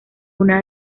una